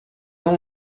nom